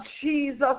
Jesus